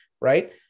right